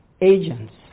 agents